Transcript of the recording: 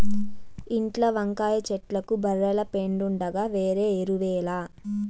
ఇంట్ల వంకాయ చెట్లకు బర్రెల పెండుండగా వేరే ఎరువేల